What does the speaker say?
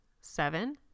seven